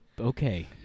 okay